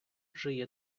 жиє